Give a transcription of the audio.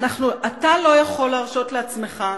אתה לא יכול להרשות לעצמך,